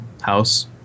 house